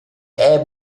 era